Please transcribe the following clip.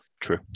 True